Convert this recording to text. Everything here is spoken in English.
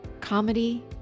Comedy